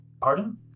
pardon